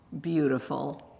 beautiful